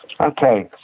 Okay